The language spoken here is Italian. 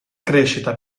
crescita